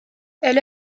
elle